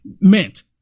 meant